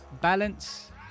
balance